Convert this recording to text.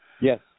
Yes